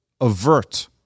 avert